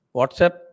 WhatsApp